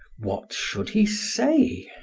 what should he say?